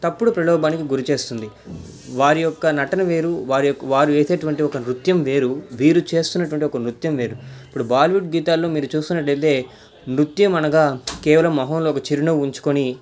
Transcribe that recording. తప్పుడు ప్రలోభానికి గురి చేస్తుంది వారి యొక్క నటన వేరు వారు వేసేటటువంటి ఒక నృత్యం వేరు వీరు చేస్తున్నటువంటి ఒక నృత్యం వేరు ఇప్పుడు బాలీవుడ్ గీతాలు మీరు చూస్తున్నట్టయితే నృత్యం అనగా కేవలం మొహంలో ఒక చిరునవ్వు ఉంచుకొని